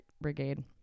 Brigade